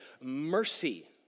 mercy